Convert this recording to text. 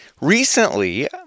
Recently